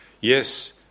yes